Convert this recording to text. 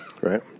right